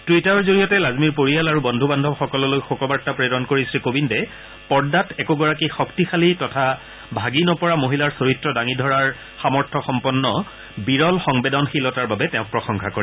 টুইটাৰৰ জৰিয়তে লাজমীৰ পৰিয়াল আৰু বন্ধু বান্ধবসকললৈ শোকবাৰ্তা প্ৰেৰণ কৰি শ্ৰীকোবিন্দে পৰ্দাত একোগৰাকী শক্তিশালী তথা ভাগি নপৰা মহিলাৰ চৰিত্ৰ দাঙি ধৰাৰ সামৰ্থ্যসম্পন্ন বিৰল সংবেদনশীলতাৰ বাবে তেওঁ প্ৰশংসা কৰে